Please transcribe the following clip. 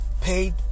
paid